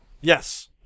Yes